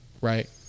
Right